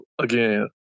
again